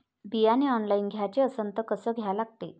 बियाने ऑनलाइन घ्याचे असन त कसं घ्या लागते?